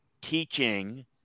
teaching –